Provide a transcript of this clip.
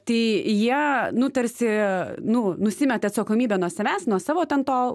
tai jie nu tarsi nu nusimeta atsakomybę nuo savęs nuo savo ten to